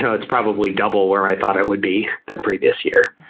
so it's probably double where i thought it would be that previous year.